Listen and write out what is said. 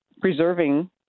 preserving